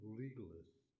legalists